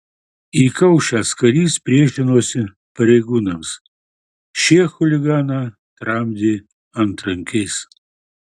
įkaušęs karys priešinosi pareigūnams šie chuliganą tramdė antrankiais